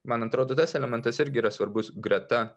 man atrodo tas elementas irgi yra svarbus greta